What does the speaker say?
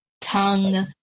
tongue